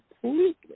completely